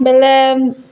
ବେଲେ